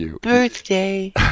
birthday